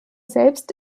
selbst